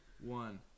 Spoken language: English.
one